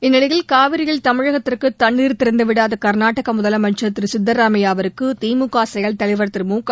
இந்நிலையில் காவிரியில் தமிழகத்திற்கு தண்ணீர் திறந்துவிடாத கர்நாடக முதலமைச்சர் திரு சித்தராமையாவிற்கு திமுக செயல்தலைவர் திரு முக